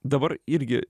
dabar irgi